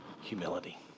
Humility